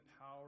power